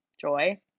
joy